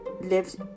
lives